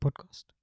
Podcast